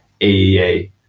AEA